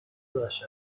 وحشتناکی